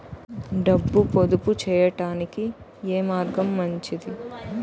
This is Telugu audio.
డబ్బు పొదుపు చేయటానికి ఏ మార్గం మంచిది?